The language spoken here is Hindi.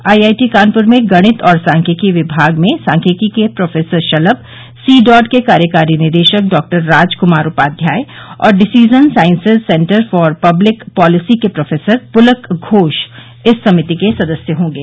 आई आई टी कानपुर में गणित और सांख्यिकी विमाग में सांख्यिकी के प्रोफेसर शलम सी डॉट के कार्यकारी निदेशक डॉक्टर राजक्मार उपाध्याय और decision sciences centre for public policy के प्रोफेसर पुलक घोष इस समिति के सदस्य होंगे